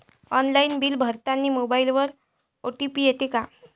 Online bill भरतानी मोबाईलवर OTP येते का?